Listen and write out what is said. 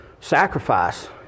sacrifice